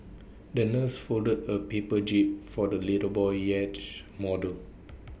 the nurse folded A paper jib for the little boy's yacht model